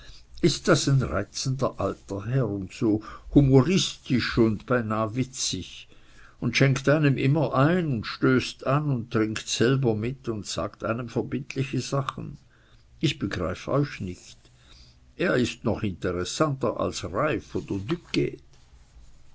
ist das ein reizender alter herr und so humoristisch und beinahe witzig und schenkt einem immer ein und stößt an und trinkt selber mit und sagt einem verbindliche sachen ich begreif euch nicht er ist doch interessanter als reiff oder